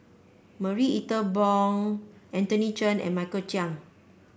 Marie Ethel Bong Anthony Chen and Michael Chiang